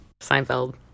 Seinfeld